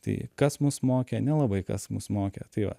tai kas mus mokė nelabai kas mus mokė tai va